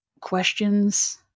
questions